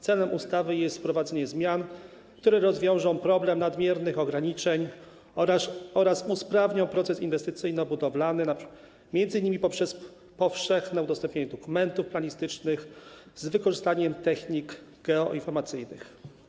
Celem ustawy jest wprowadzenie zmian, które rozwiążą problem nadmiernych ograniczeń oraz usprawnią proces inwestycyjno-budowlany, m.in. poprzez powszechne udostępnienie dokumentów planistycznych z wykorzystaniem technik geoinformacyjnych.